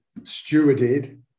stewarded